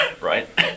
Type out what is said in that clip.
Right